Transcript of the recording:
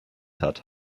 hat